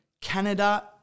Canada